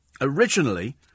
Originally